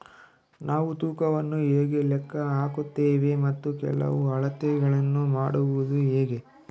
ನಾವು ತೂಕವನ್ನು ಹೇಗೆ ಲೆಕ್ಕ ಹಾಕುತ್ತೇವೆ ಮತ್ತು ಕೆಲವು ಅಳತೆಗಳನ್ನು ಮಾಡುವುದು ಹೇಗೆ?